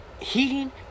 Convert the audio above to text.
heating